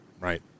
Right